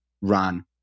run